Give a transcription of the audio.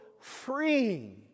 freeing